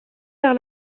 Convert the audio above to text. vers